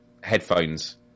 headphones